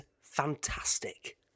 fantastic